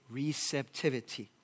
receptivity